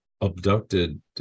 abducted